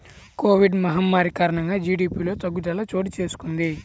Covid మహమ్మారి కారణంగా జీడీపిలో తగ్గుదల చోటుచేసుకొంది